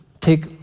take